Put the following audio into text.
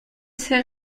ses